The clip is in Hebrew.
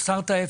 הצבעה אושר.